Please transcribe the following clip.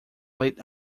late